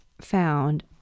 found